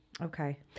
Okay